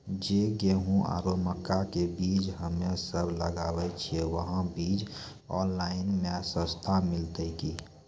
जे गेहूँ आरु मक्का के बीज हमे सब लगावे छिये वहा बीज ऑनलाइन मे सस्ता मिलते की?